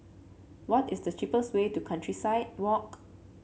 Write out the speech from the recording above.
what is the cheapest way to Countryside Walk